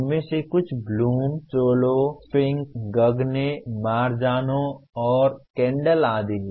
उनमें से कुछ Bloom SOLO Fink Gagne Marzano और केंडल आदि हैं